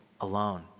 alone